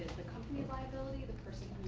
the company's liability, the person